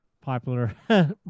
popular